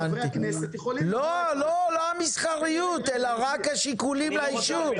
לא, לא המסחריות אלא רק השיקולים לאישור.